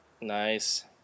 nice